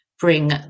Bring